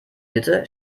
mitte